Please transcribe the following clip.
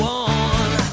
one